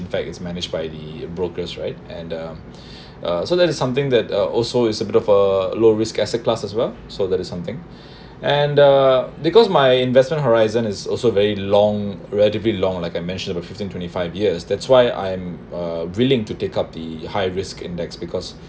in fact is managed by the brokers right and um uh so that's something that uh also is suitable for low risk as a class as well so that is something and uh because my investment horizon is also very long relatively long like I mentioned about fifteen twenty five years that's why I'm uh willing to take up the high risk index because